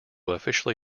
officially